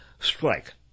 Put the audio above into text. strike